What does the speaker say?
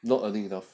not earning enough